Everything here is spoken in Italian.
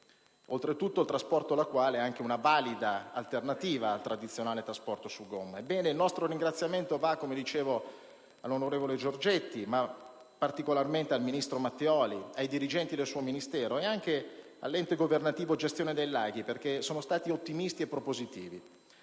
Oltretutto il trasporto lacuale è anche una valida alternativa al tradizionale trasporto su gomma. Ebbene, il nostro ringraziamento va - come dicevo - all'onorevole Giorgetti, ma particolarmente al ministro Matteoli, ai dirigenti del suo Ministero ed anche all'Ente governativo gestione dei laghi perché sono stati ottimisti e propositivi.